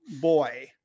boy